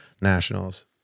nationals